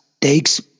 takes